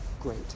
Great